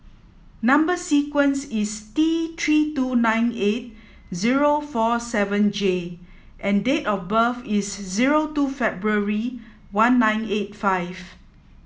number sequence is T three two nine eight zero four seven J and date of birth is zero two February one nine eight five